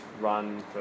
run